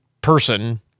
person